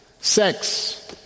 Sex